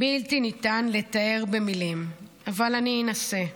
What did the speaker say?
בלתי ניתן לתאר במילים, אבל אני אנסה,